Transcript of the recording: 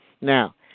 Now